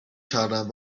کردم